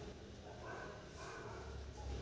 आपण अर्थ मंत्रालयाच्या कोणत्या विभागात काम केले आहे?